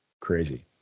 crazy